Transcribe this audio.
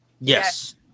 yes